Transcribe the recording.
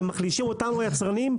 היצרנים,